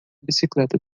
bicicleta